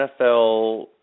NFL